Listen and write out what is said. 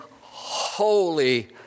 holy